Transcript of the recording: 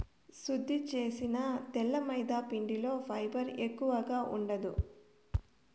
శుద్ది చేసిన తెల్ల మైదాపిండిలో ఫైబర్ ఎక్కువగా ఉండదు